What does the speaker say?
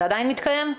זה עדיין מתקיים?